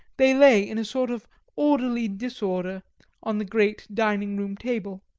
they lay in a sort of orderly disorder on the great dining-room table.